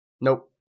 Nope